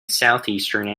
southeastern